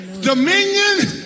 dominion